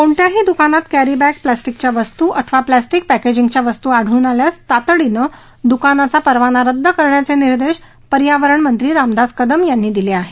कोणत्याही दुकानात करी बाँ प्लास्टिकच्या वस्तू अथवा प्लास्टिक पक्रजिंगच्या वस्तु आढळून आल्यास तातडीनं दुकानाचा परवाना रद्द करण्याचे निर्देश पर्यावरण मंत्री रामदास कदम यांनी दिले आहेत